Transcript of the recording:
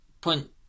point